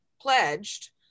pledged